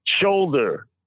shoulder